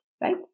right